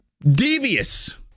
devious